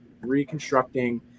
reconstructing